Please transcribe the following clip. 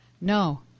No